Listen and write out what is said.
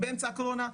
באמצע הקורונה,